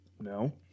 No